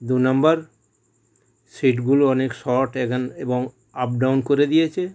দু নম্বর সিটগুলো অনেক শর্ট এখান এবং আপ ডাউন করে দিয়েছে